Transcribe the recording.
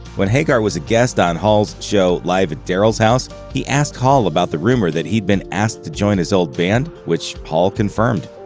when hagar was a guest on hall's show live at daryl's house, he asked hall about the rumor that he'd been asked to join his old band, which hall confirmed.